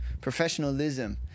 professionalism